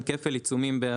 גם כפל עיצומים.